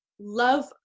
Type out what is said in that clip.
love